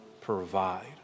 provide